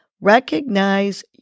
recognize